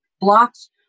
blocks